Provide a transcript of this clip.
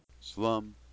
Slum